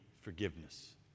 forgiveness